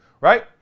right